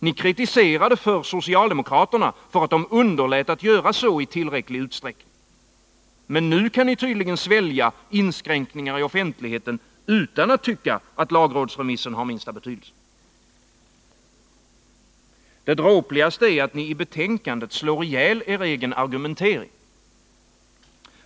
Ni kritiserade förr Onsdagen den socialdemokraterna för att de underlät att göra så i tillräcklig utsträckning. 19 november 1980 Men nu kan ni tydligen svälja inskränkningar i offentligheten utan att tycka att lagrådsremissen har minsta betydelse. Ändringar i sek Det dråpligaste är att ni i betänkandet slår ihjäl er egen argumentering.